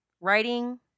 writing